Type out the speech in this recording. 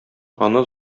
аны